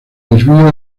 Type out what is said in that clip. desvío